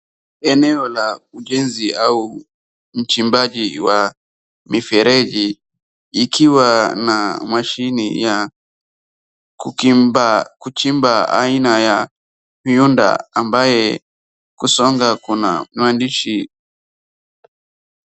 Eneo la ujenzi au uchimbaji wa mifereji ikiwa na mashine ya kuchimba aina ya miundo ambaye kusonga kuna maandishi.